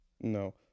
No